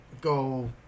go